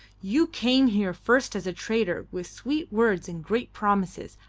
you came here first as a trader with sweet words and great promises,